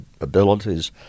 abilities